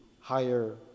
higher